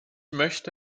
möchte